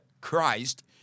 Christ